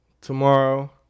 Tomorrow